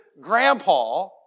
grandpa